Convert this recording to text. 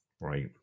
Right